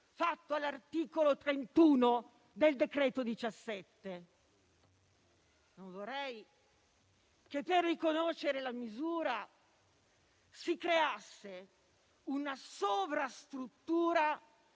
fatto all'articolo 31 del decreto-legge n. 17 del 2022. Non vorrei che, per riconoscere la misura, si creasse una sovrastruttura